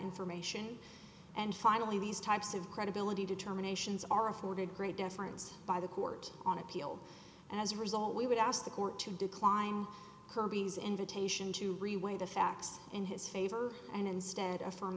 information and finally these types of credibility determinations are afforded great deference by the court on appeal and as a result we would ask the court to decline kirby's invitation to reweigh the facts in his favor and instead of from